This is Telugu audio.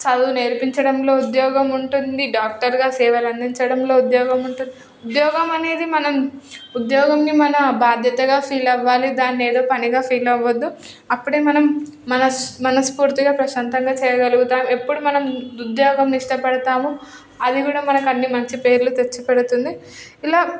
చదువు నేర్పించడంలో ఉద్యోగం ఉంటుంది డాక్టర్గా సేవలందించడంలో ఉద్యోగం ఉంటుంది ఉద్యోగం అనేది మనం ఉద్యోగంని మన బాధ్యతగా ఫీల్ అవ్వాలి దాన్ని ఏదో పనిగా ఫీల్ అవ్వద్దు అప్పుడే మనం మనసు మనస్ఫూర్తిగా ప్రశాంతంగా చేయగలుగుతాం ఎప్పుడు మనం ఉద్యోగం ఇష్టపడతాము అది కూడా మనకు అన్ని మంచి పేర్లు తెచ్చిపెడుతుంది ఇలా